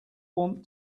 want